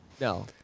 no